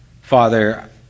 Father